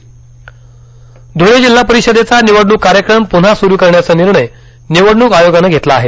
धळे ध्ळे जिल्हा परिषदेचा निवडण्क कार्यक्रम प्न्हा स्रु करण्याचा निर्णय निवडण्क आयोगानं घेतला आहे